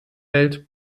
welt